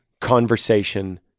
conversation